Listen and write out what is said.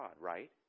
right